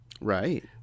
Right